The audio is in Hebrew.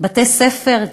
בתי-ספר,